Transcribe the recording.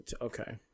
Okay